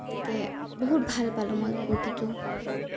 গতিকে বহুত ভাল পালো মই কুৰ্তিটো